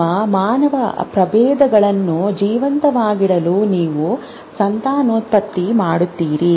ನಿಮ್ಮ ಮಾನವ ಪ್ರಭೇದಗಳನ್ನು ಜೀವಂತವಾಗಿಡಲು ನೀವು ಸಂತಾನೋತ್ಪತ್ತಿ ಮಾಡುತ್ತೀರಿ